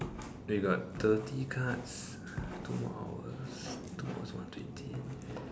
we got thirty cards two more hours